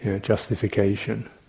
justification